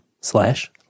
slash